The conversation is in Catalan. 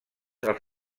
els